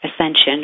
ascension